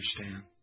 understand